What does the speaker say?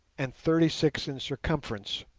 and thirty-six in circumference.